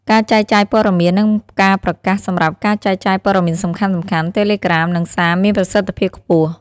ការចែកចាយព័ត៌មាន និងការប្រកាសសម្រាប់ការចែកចាយព័ត៌មានសំខាន់ៗ តេឡេក្រាម និង សារ មានប្រសិទ្ធភាពខ្ពស់។